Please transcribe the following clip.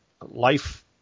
life